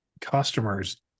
customers